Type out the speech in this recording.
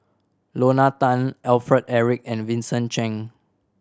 Lorna Tan Alfred Eric and Vincent Cheng